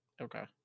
Okay